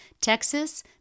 Texas